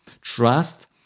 Trust